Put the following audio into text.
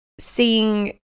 seeing